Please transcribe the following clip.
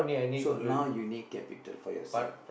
so now you need capital for yourself